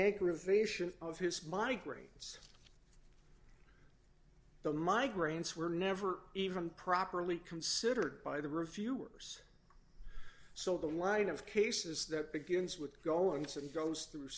aggravation of his migraines the migraines were never even properly considered by the reviewers so the line of cases that begins with going to goes through